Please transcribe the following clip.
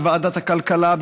בוועדת הכלכלה,